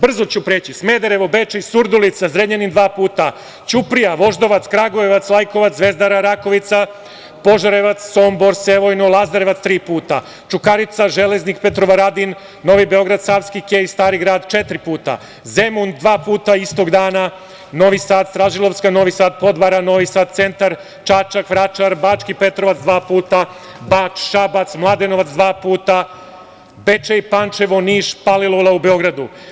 Brzo ću preći, Smederevo, Bečej, Surdilica, Zrenjanin dva puta, Ćuprija, Voždovac, Kragujevac, Lajkovac, Zvezdara, Rakovica, Požarevac, Sombor, Sevojno, Lazarevac tri puta, Čukarica, Železnik, Petrovaradin, Novi Beograd, Savski kej, Stari grad četiri puta, Zemun dva puta istog dana, Novi Sad Stražilovska, Novi Sad Podvara, Novi Sad centar, Čačak, Vračar, Bački Petrovac dva puta, Bač, Šabac, Mladenovac dva puta, Bečej, Pančevo, Niš, Palilula u Beogradu.